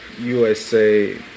USA